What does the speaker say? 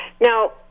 Now